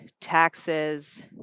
taxes